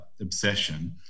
obsession